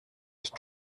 ich